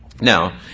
Now